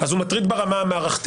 אז הוא מטריד ברמה המערכתית,